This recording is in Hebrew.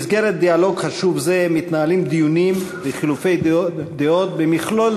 במסגרת דיאלוג חשוב זה מתנהלים דיונים וחילופי דעות במכלול